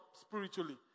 spiritually